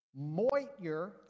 Moitier